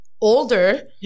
older